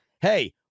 hey